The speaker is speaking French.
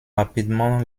rapidement